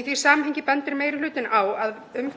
Í því samhengi bendir meiri hlutinn á að um